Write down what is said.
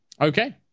Okay